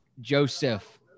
joseph